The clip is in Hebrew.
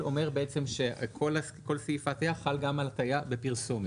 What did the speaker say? שאומר בעצם שכל סעיף ההטעיה חל גם על הטעיה בפרסומת,